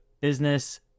business